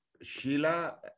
Sheila